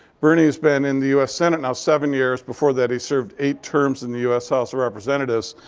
bernie has been in the us senate now seven years. before that, he served eight terms in the us house of representatives.